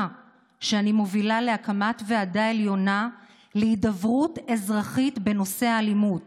שאני מובילה להקמת ועדה עליונה להידברות אזרחית בנושא האלימות